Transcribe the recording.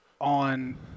on